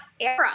era